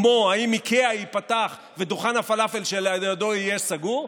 כמו אם איקאה תיפתח ודוכן הפלאפל שלידה יהיה סגור,